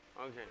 Okay